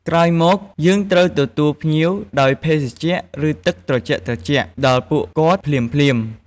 ក្រោយមកយើងត្រូវទទួលភ្ញៀវដោយ ភេសជ្ជៈ ឬទឹកត្រជាក់ៗ ដល់ពួកគាត់ភ្លាមៗ។